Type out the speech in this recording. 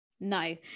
no